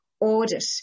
audit